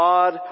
God